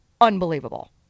Unbelievable